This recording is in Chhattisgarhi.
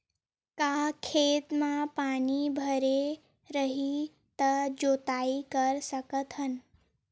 का खेत म पानी भरे रही त जोताई कर सकत हन?